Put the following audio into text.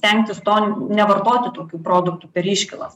stengtis to nevartotų tokių produktų per iškylas